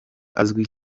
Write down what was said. azwi